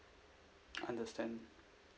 I understand